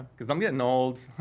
cause i'm getting old.